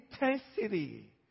intensity